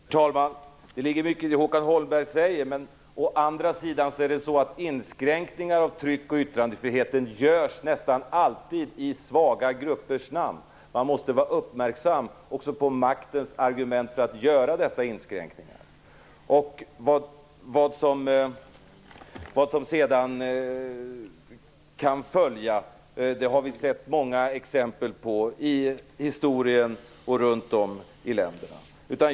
Herr talman! Det ligger mycket i det Håkan Holmberg säger. Men å andra sidan är det så att inskränkningar av tryck och yttrandefrihet nästan alltid görs i svaga gruppers namn. Man måste vara uppmärksam också på maktens argument för att göra dessa inskränkningar. Vad som sedan kan följa har vi sett många exempel på i historien runt om i olika länder.